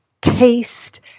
taste